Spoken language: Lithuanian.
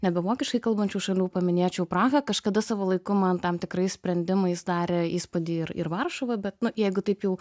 nebe vokiškai kalbančių šalių paminėčiau prahą kažkada savo laiku man tam tikrais sprendimais darė įspūdį ir ir varšuva bet nu jeigu taip jau